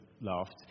laughed